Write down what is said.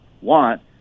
want